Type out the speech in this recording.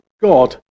God